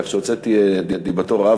כך שהוצאתי את דיבתו רעה,